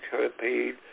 campaign